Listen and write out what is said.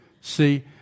See